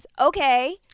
Okay